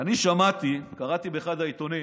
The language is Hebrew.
אני שמתי, קראתי באחד העיתונים